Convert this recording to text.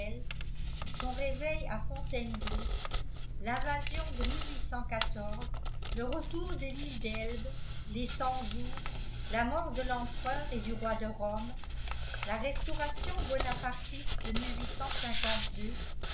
son réveil à fontainebleau l'invasion de le retour de l'île d'elbe les cent jours la mort de l'empereur et du roi de rome la restauration bonapartiste de